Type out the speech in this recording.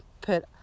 put